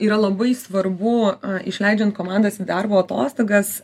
yra labai svarbu išleidžiant komandas į darbo atostogas